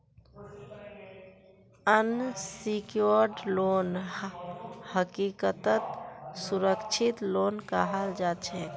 unsecured loan हकीकतत असुरक्षित loan कहाल जाछेक